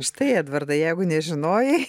štai edvardai jeigu nežinojai